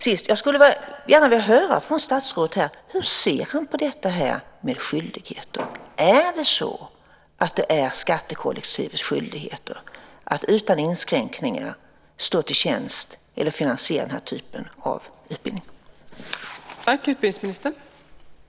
Slutligen skulle jag gärna vilja höra hur statsrådet ser på det här med skyldigheten. Är det så att det är skattekollektivets skyldighet att utan inskränkningar stå till tjänst när det gäller att finansiera den här typen av utbildning?